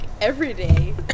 everyday